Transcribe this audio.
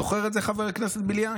זוכר את זה, חבר הכנסת בליאק?